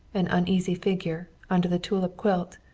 an uneasy figure, under the tulip quilt,